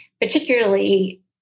particularly